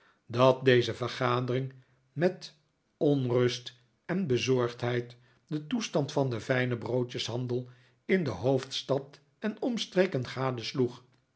dat deze vergadering met onrust en bezorgdheid den toestand van den fijne broodjeshandel in de hoofdstad en omstreken